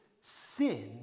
sin